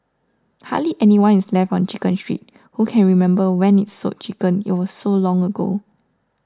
hardly anyone is left on Chicken Street who can remember when it sold chickens it was so long ago